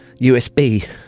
usb